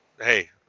hey